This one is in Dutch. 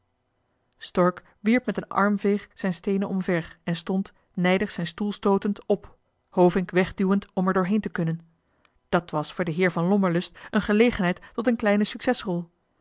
stork wierp met een armveeg zijn steenen omver en stond nijdig zijn stoel stootend op hovink wegduwend om er doorheen te kunnen dat was voor den heer van lommerlust een gelegenheid tot een kleine succesrol